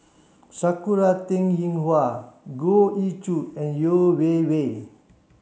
Sakura Teng Ying Hua Goh Ee Choo and Yeo Wei Wei